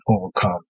overcome